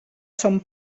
son